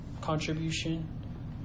contribution